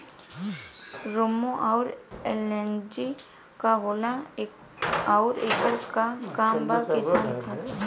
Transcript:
रोम्वे आउर एलियान्ज का होला आउरएकर का काम बा किसान खातिर?